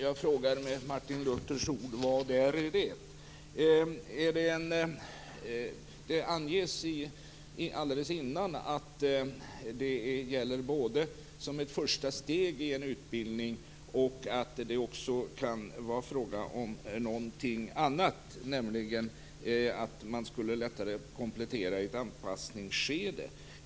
Jag frågar med Martin Luthers ord: Vad är det? Det anges alldeles innan att det gäller både som ett första steg i en utbildning och att det också kan vara fråga om någonting annat, nämligen att man lättare skulle komplettera i ett anpassningsskede.